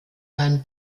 sein